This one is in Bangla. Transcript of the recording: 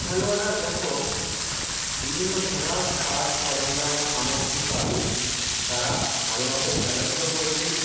খেলোয়াড়রা যখন বিভিন্ন খেলার সাজ সরঞ্জাম সামগ্রী পাবে তারা ভালোভাবে খেলাধুলো করবে